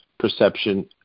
perception